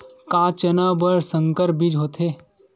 का चना बर संकर बीज होथे?